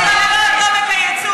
את היצוא.